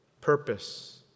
purpose